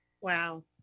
Wow